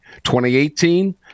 2018